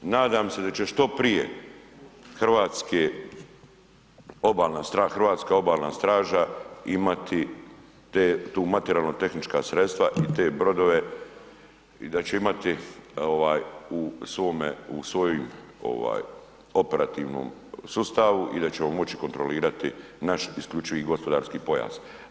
Nadam se da će što prije hrvatske, Hrvatska obalna straža imati tu, te materijalno tehnička sredstva i te brodove i da će imati ovaj u svome, u svojoj ovaj operativnom sustavu i da ćemo moći kontrolirati naš isključivi gospodarski pojas.